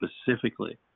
specifically